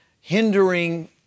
hindering